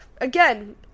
again